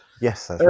yes